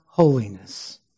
holiness